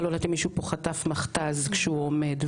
אני לא יודעת אם מישהו פה חטף מכת"ז כשהוא עומד,